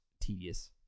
tedious